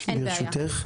ברשותך.